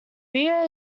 rio